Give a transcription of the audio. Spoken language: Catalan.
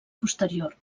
posterior